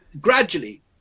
gradually